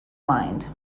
mind